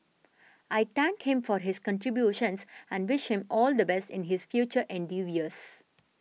I thank him for his contributions and wish him all the best in his future endeavours